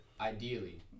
ideally